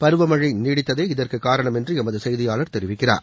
பருவமழை நீடித்ததே இதற்கு காரணம் என்று எமது செய்தியாளர் தெரிவிக்கிறார்